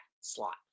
slot